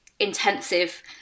intensive